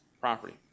property